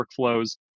workflows